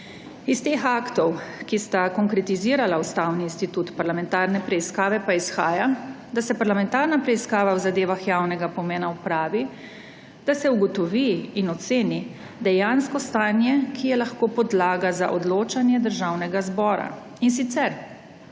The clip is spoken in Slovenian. Iz teh aktov, ki sta konkretizirala ustavni institut parlamentarne preiskave, pa izhaja, da se parlamentarna preiskava o zadevah javnega pomena opravi, da se ugotovi in oceni dejansko stanje, ki je lahko podlaga za odločanje Državnega zbora, in sicer